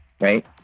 right